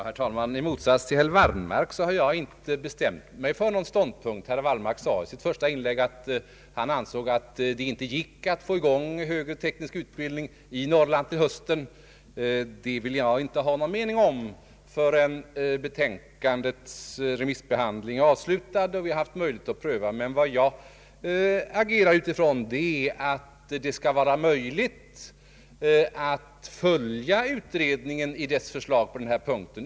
Herr talman! I motsats till herr Wallmark har jag inte bestämt mig för någon ståndpunkt. Herr Wallmark sade i sitt första inlägg att han ansåg att det inte gick att få i gång högre teknisk utbildning i Norrland till hösten. Jag vill inte ha någon mening om. detta förrän betänkandets remissbehandling är avslutad och vi haft möjligheter att pröva frågan. Utgångspunkten för mitt agerande är att det skall vara möjligt att följa utredningens förslag på denna punkt.